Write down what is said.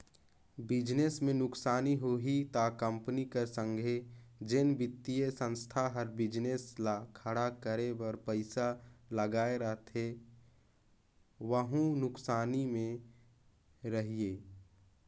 business में नुकसानी होही ता कंपनी कर संघे जेन बित्तीय संस्था हर बिजनेस ल खड़ा करे बर पइसा लगाए रहथे वहूं नुकसानी में रइही